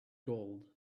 gold